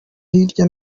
hirya